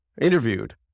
interviewed